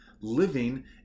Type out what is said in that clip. living